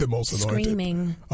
screaming